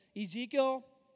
Ezekiel